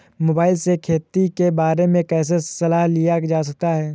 Mobile से खेती के बारे कैसे सलाह लिया जा सकता है?